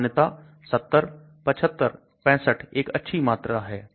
सामान्यता 70 75 65 एक अच्छी मात्रा है